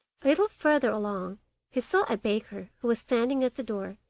little further along he saw a baker who was standing at the door,